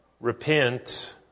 repent